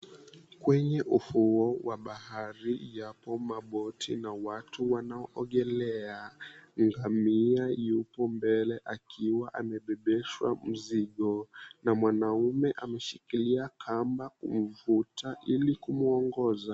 Kwenye ufuo wa bahari yapo maboti na watu wanaoogelea, ngamia yupo mbele akiwa amebebeshwa mizigo na mwanaume ameshikilia kumvuta ilikumwongoza.